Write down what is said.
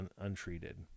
untreated